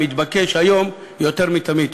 מתבקשת היום יותר מתמיד.